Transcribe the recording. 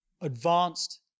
advanced